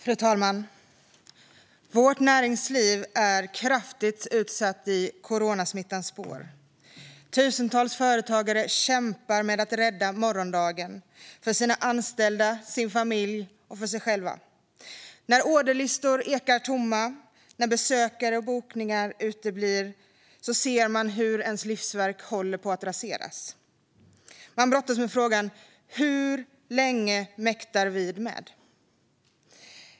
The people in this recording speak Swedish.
Fru talman! Vårt näringsliv är kraftigt utsatt i coronasmittans spår. Tusentals företagare kämpar med att rädda morgondagen för sina anställda, sin familj och sig själva. När orderlistorna är tomma och besökare och bokningar uteblir ser de hur deras livsverk håller på att raseras. De brottas med frågan "Hur länge mäktar vi med?"